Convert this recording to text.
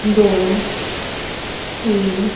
दोन तीन